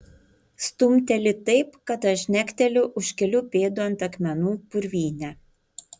stumteli taip kad aš žnekteliu už kelių pėdų ant akmenų purvyne